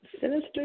sinister